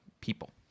people